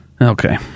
Okay